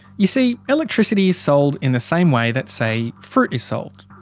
you see, electricity is sold in the same way that, say, fruit is sold.